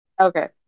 Okay